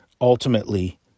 ultimately